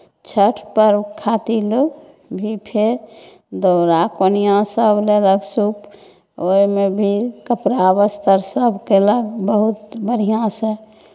छठि पर्व खातिर लोक भी फेर दौड़ा कोनिआँसभ लेलक सूप ओहिमे भी कपड़ा बस्तरसभ कयलक बहुत बढ़िआँसँ